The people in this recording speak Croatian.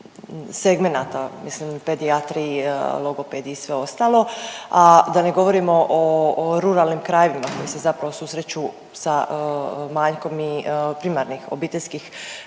segmenata, mislim pedijatriji, logopedi i sve ostalo, a da ne govorimo o ruralnim krajevima koji se zapravo susreću sa manjkom i primarnih obiteljskih